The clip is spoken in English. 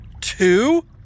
two